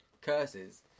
Curses